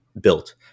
built